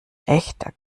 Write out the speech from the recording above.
echter